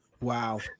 Wow